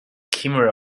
kimura